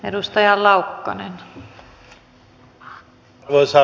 arvoisa rouva puhemies